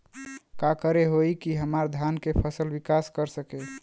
का करे होई की हमार धान के फसल विकास कर सके?